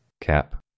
Cap